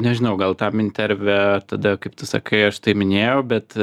nežinau gal tam interviu tada kaip tu sakai aš tai minėjau bet